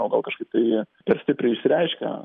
o gal kažkaip tai per stipriai išsireiškia